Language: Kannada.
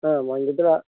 ಹಾಂ ಹಾಗಿದ್ರೆ